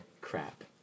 Crap